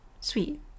sweet